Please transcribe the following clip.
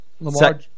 Lamar